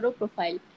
profile